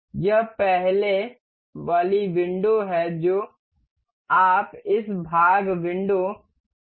यह पहले वाली विंडो है जो आप इस भाग विंडो से परिचित हैं